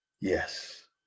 Yes